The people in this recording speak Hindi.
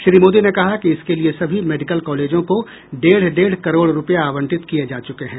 श्री मोदी ने कहा कि इसके लिए सभी मेडिकल कॉलेजों को डेढ़ डेढ़ करोड़ रुपये आवंटित किये जा चुके हैं